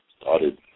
started